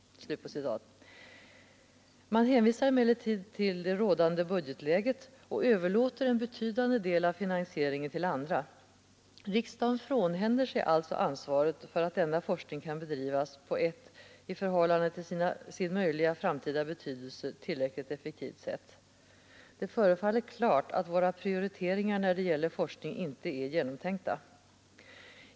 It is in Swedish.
Man hänvisar emellertid till det rådande budgetläget och överlåter en betydande del av finansieringen till andra. Riksdagen frånhänder sig alltså ansvaret för att denna forskning kan bedrivas på ett, i förhållande till sin möjliga framtida betydelse, tillräckligt effektivt sätt. Det förefaller klart att våra prioriteringar när det gäller forskning inte är genomtänkta.